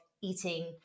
eating